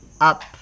up